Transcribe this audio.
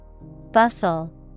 Bustle